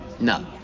No